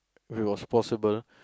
it was possible